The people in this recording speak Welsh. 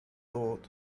dod